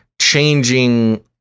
changing